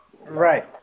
Right